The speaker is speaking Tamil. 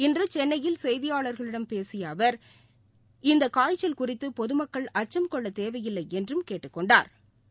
இன்றுசென்னையில் செய்தியாளர்களிடம் பேசியஅவர் இந்தகாய்ச்சல் குறித்தபொதுமக்கள் அச்சம் கொள்ளத் தேவையில்லைஎன்றும் கேட்டுக் கொண்டாா்